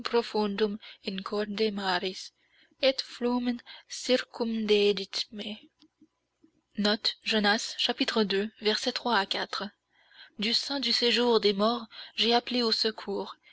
du sein du séjour des morts j'ai appelé au secours